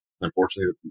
unfortunately